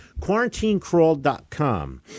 QuarantineCrawl.com